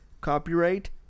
Copyright